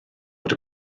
fod